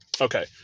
Okay